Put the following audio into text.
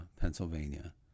Pennsylvania